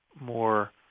more